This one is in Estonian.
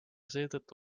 seetõttu